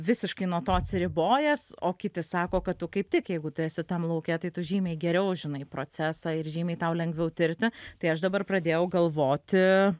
visiškai nuo to atsiribojęs o kiti sako kad tu kaip tik jeigu tu esi tam lauke tai tu žymiai geriau žinai procesą ir žymiai tau lengviau tirti tai aš dabar pradėjau galvoti